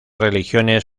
religiones